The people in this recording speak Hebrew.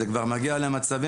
אנחנו לא לבד בסיפור,